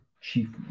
Chief